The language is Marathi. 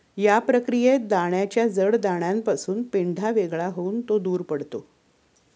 या प्रक्रियेत दाण्याच्या जड दाण्यापासून पेंढा वेगळा होऊन तो दूर पडतो